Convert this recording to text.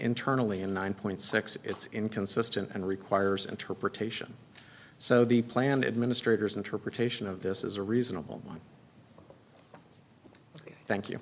internally in nine point six it's inconsistent and requires interpretation so the plan administrators interpretation of this is a reasonable one thank you